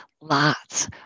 lots